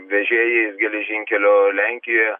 vežėjais geležinkelio lenkijoje